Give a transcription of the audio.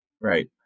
right